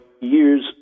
years